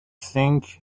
things